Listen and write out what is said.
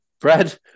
Brad